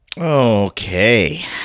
Okay